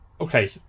okay